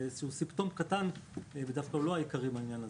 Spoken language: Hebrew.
זה סימפטום קטן ולא העיקרי בעניין הזה.